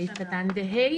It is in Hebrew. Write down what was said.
(ה)